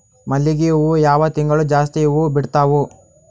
ಮಲ್ಲಿಗಿ ಹೂವು ಯಾವ ತಿಂಗಳು ಜಾಸ್ತಿ ಹೂವು ಬಿಡ್ತಾವು?